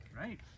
right